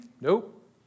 Nope